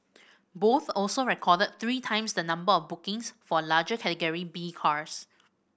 both also recorded three times the number of bookings for larger Category B cars